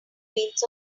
means